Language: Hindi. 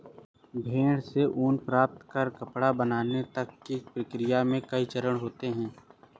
भेड़ से ऊन प्राप्त कर कपड़ा बनाने तक की प्रक्रिया में कई चरण होते हैं